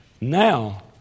now